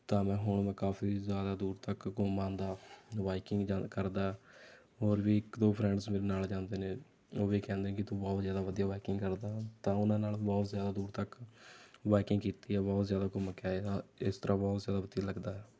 ਤਾਂ ਮੈਂ ਹੁਣ ਮੈਂ ਕਾਫੀ ਜ਼ਿਆਦਾ ਦੂਰ ਤੱਕ ਘੁੰਮ ਆਉਂਦਾ ਬਾਈਕਿੰਗ ਜਦੋਂ ਕਰਦਾ ਹੋਰ ਵੀ ਇੱਕ ਦੋ ਫਰੈਂਡਸ ਮੇਰੇ ਨਾਲ ਜਾਂਦੇ ਨੇ ਉਹ ਵੀ ਕਹਿੰਦੇ ਕਿ ਤੂੰ ਬਹੁਤ ਜ਼ਿਆਦਾ ਵਧੀਆ ਬਾਈਕਿੰਗ ਕਰਦਾ ਤਾਂ ਉਹਨਾਂ ਨਾਲ ਬਹੁਤ ਜ਼ਿਆਦਾ ਦੂਰ ਤੱਕ ਬਾਈਕਿੰਗ ਕੀਤੀ ਹੈ ਬਹੁਤ ਜ਼ਿਆਦਾ ਘੁੰਮ ਕੇ ਆਏ ਹਾਂ ਇਸ ਤਰ੍ਹਾਂ ਬਹੁਤ ਜ਼ਿਆਦਾ ਵਧੀਆ ਲੱਗਦਾ ਹੈ